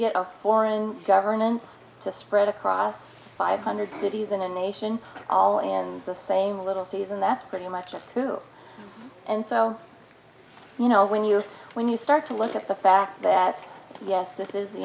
get of foreign governments to spread across five hundred cities in a nation all in the same little season that's pretty much true and so you know when you when you start to look at the fact that yes this is the